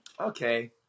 Okay